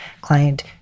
client